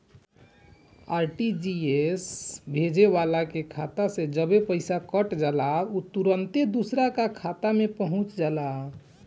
RTGS भेजे वाला के खाता से जबे पईसा कट जाला उ तुरंते दुसरा का खाता में पहुंच जाला